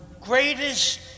greatest